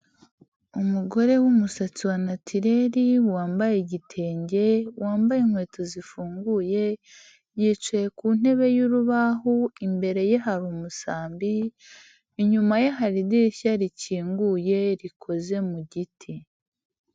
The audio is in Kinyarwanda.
Umugore w'umusatsi wa natireri, wambaye igitenge, wambaye inkweto zifunguye. Yicaye ku ntebe y'urubaho, imbere ye hari umusambi, inyuma ye hari idirishya rikinguye rikoze mu giti.